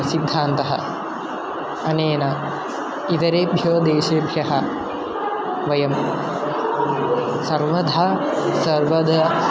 सिद्धान्तः अनेन इतरेभ्यो देशेभ्यः वयं सर्वधा सर्वदा